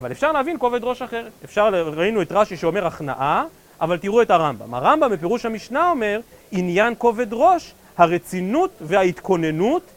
אבל אפשר להבין כובד ראש אחרת. אפשר, ראינו את רש"י שאומר הכנעה, אבל תראו את הרמב״ם, הרמב״ם בפירוש המשנה אומר, עניין כובד ראש, הרצינות וההתכוננות